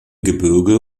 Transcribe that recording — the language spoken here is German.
gebirge